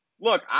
Look